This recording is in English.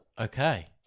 Okay